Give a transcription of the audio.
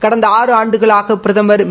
வடந்த ஆறு ஆண்டுகளாக பிரதமா்